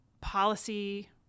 policy